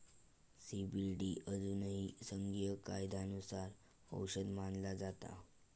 CBD अजूनही संघीय कायद्यानुसार औषध मानला जाता